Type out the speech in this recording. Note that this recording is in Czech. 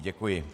Děkuji.